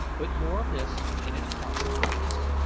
but more of this in its proper place.